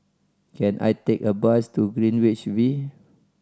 can I take a bus to Greenwich V